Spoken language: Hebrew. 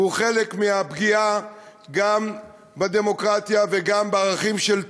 הוא חלק מהפגיעה גם בדמוקרטיה וגם בערכים של צה"ל.